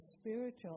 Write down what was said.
spiritual